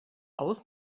aus